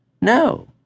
No